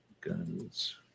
guns